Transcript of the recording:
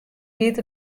giet